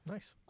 Nice